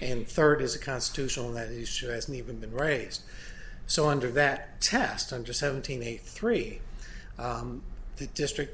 and third is a constitutional that is serious and even been raised so under that test under seventeen eighty three the district